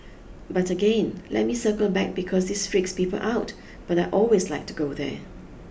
but again let me circle back because this freaks people out but I always like to go there